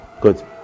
Good